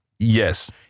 Yes